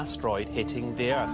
asteroid hitting there